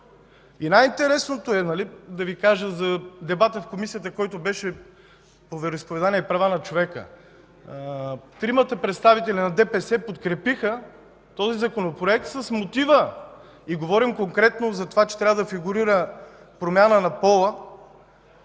Най-интересното, да Ви кажа за дебата, който беше в Комисията по вероизповеданията и правата на човека. Тримата представители на ДПС подкрепиха този Законопроект с мотива – говорим конкретно, че трябва да фигурира промяна на пола